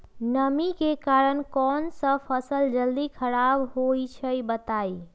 नमी के कारन कौन स फसल जल्दी खराब होई छई बताई?